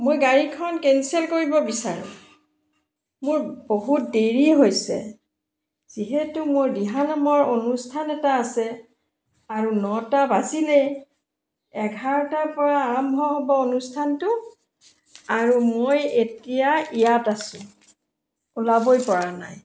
মই গাড়ীখন কেনচেল কৰিব বিচাৰোঁ মোৰ বহুত দেৰি হৈছে যিহেতু মোৰ দিহানামৰ অনুষ্ঠান এটা আছে আৰু নটা বাজিলেই এঘাৰটাৰ পৰা আৰম্ভ হ'ব অনুষ্ঠানটো আৰু মই এতিয়া ইয়াত আছোঁ ওলাবই পৰা নাই